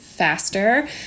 faster